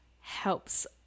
helps